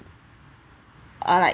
uh like